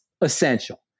essential